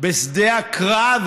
בשדה הקרב,